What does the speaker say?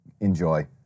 enjoy